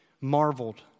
marveled